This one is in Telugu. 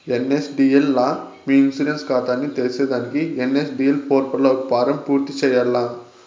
ఎన్.ఎస్.డి.ఎల్ లా మీ ఇన్సూరెన్స్ కాతాని తెర్సేదానికి ఎన్.ఎస్.డి.ఎల్ పోర్పల్ల ఒక ఫారం పూర్తి చేయాల్ల